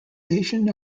asian